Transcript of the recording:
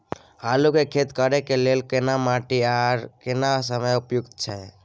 आलू के खेती करय के लेल केना माटी आर केना समय उपयुक्त छैय?